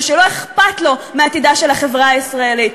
ושלא אכפת לו מעתידה של החברה הישראלית.